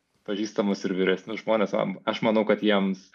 pažįstamus ir vyresnius žmones aš manau kad jiems